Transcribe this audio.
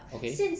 okay